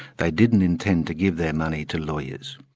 they didn't intend to give their money to lawyers.